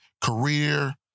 career